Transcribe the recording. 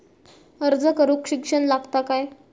अर्ज करूक शिक्षण लागता काय?